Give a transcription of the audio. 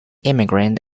immigrant